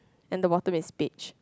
and the bottom is beige